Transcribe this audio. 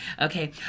Okay